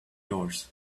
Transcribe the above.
doors